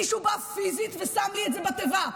מישהו בא פיזית ושם לי את זה בתיבה.